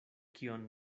kion